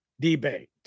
debate